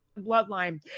Bloodline